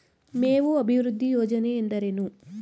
ಮೇವು ಅಭಿವೃದ್ಧಿ ಯೋಜನೆ ಎಂದರೇನು?